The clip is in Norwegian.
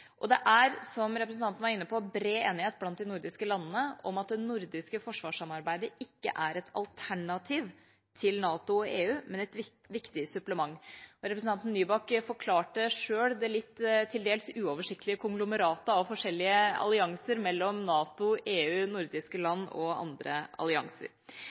Det er, som representanten var inne på, bred enighet blant de nordiske landene om at det nordiske forsvarssamarbeidet ikke er et alternativ til NATO og EU, men et viktig supplement. Representanten Nybakk forklarte selv det litt dels uoversiktlige konglomeratet av forskjellige allianser mellom NATO, EU, nordiske land og andre allianser.